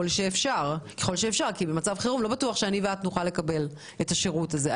שאפשר כי במצב חירום לא בטוח שאני ואת נוכל לקבל את השירות הזה.